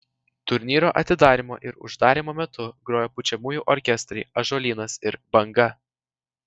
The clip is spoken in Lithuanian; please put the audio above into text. turnyro atidarymo ir uždarymo metu grojo pučiamųjų orkestrai ąžuolynas ir banga